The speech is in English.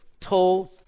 told